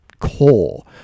core